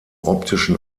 optischen